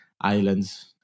islands